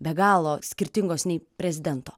be galo skirtingos nei prezidento